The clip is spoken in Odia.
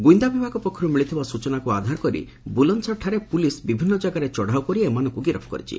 ଗୁଇନ୍ଦା ବିଭାଗ ପକ୍ଷରୁ ମିଳିଥିବା ସ୍ତଚନାକୁ ଆଧାର କରି ବୁଲନ୍ଦସରଠାରେ ପୁଲିସ୍ ବିଭିନ୍ନ ଯାଗାରେ ଚଢ଼ାଉ କରି ଏମାନଙ୍କୁ ଗିରଫ୍ କରିଛି